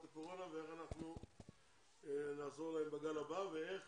הקורונה ואיך אנחנו נעזור להם בגל הבא ואיך